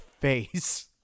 face